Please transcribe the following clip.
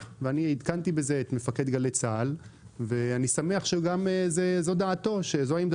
עדכנתי בזה גם את מפקד גלי צה"ל ואני שמח שזאת גם עמדתו.